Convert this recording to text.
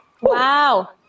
Wow